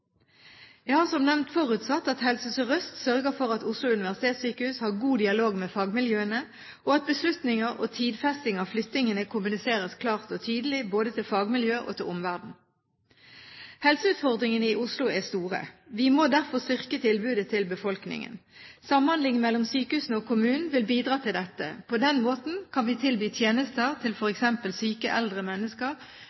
Jeg har, som nevnt, forutsatt at Helse Sør-Øst sørger for at Oslo universitetssykehus har god dialog med fagmiljøene, og at beslutninger og tidfesting av flyttingene kommuniseres klart og tydelig både til fagmiljøene og til omverdenen. Helseutfordringene i Oslo er store. Vi må derfor styrke tilbudet til befolkningen. Samhandling mellom sykehusene og kommunen vil bidra til dette. På den måten kan vi tilby tjenester til